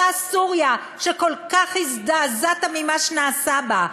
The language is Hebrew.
אותה סוריה שכל כך הזדעזעת ממה שנעשה בה,